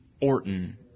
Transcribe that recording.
Orton